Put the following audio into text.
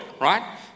right